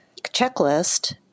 checklist